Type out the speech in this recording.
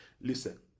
listen